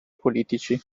politici